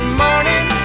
morning